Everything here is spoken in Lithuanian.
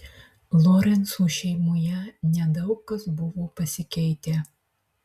lorencų šeimoje nedaug kas buvo pasikeitę